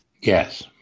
yes